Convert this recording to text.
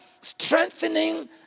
strengthening